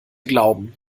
glauben